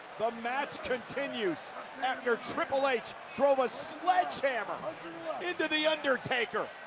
the match continues after triple h drove a sledgehammer into the undertaker!